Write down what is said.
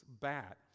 bat